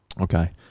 Okay